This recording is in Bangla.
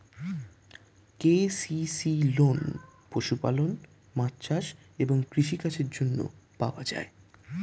কে.সি.সি লোন পশুপালন, মাছ চাষ এবং কৃষি কাজের জন্য পাওয়া যায়